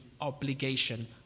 obligation